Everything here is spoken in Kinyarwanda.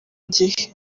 gihe